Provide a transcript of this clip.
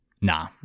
Nah